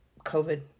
COVID